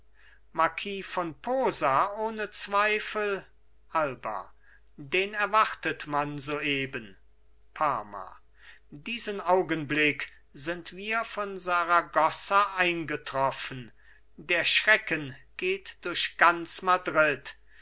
marquis von posa ohne zweifel alba den erwartet man soeben parma diesen augenblick sind wir von saragossa eingetroffen der schrecken geht durch ganz madrid